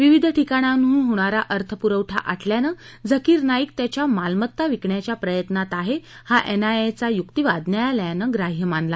विविध ठिकाणांहून होणारा अर्थपुरवठा आटल्यानं झाकीर नाईक त्याच्या मालमत्ता विकण्याच्या प्रयत्नात आहे हा एनआयएचा युक्तिवाद न्यायालयानं ग्राह्य मानला